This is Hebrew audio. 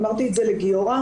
אמרתי את זה לגיורא,